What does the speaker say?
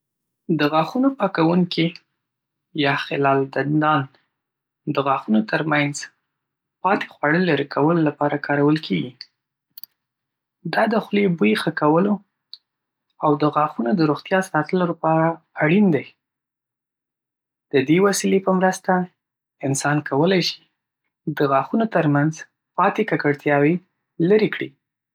د غاښونو پاکوونکي یا خلال دندان د غاښونو ترمنځ پاتې خواړه لرې کولو لپاره کارول کېږي. دا د خولې بوی ښه کولو او د غاښونو د روغتیا ساتلو لپاره اړین دی. د دې وسیلې په مرسته، انسان کولی شي د غاښونو ترمنځ پاتې ککړتیاوې لرې کړي.